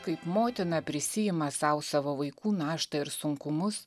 kaip motina prisiima sau savo vaikų naštą ir sunkumus